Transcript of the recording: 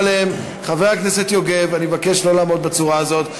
חבר הכנסת יוגב, אני מבקש שלא לעמוד בצורה הזאת.